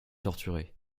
torturés